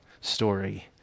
story